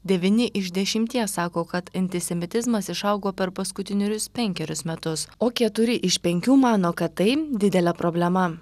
devyni iš dešimties sako kad antisemitizmas išaugo per paskutinerius penkerius metus o keturi iš penkių mano kad tai didelė problema